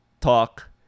talk